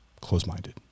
Close-minded